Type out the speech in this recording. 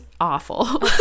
awful